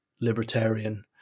libertarian